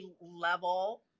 level